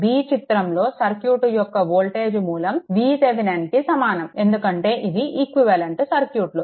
18b చిత్రంలో circuit యొక్క voltage మూలం VThevenin కి సమానం ఎందుకంటే ఇవి ఈక్వివలెంట్ సర్క్యూట్లు